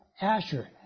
Asher